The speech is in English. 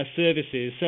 services